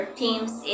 teams